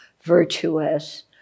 virtuous